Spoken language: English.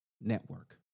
network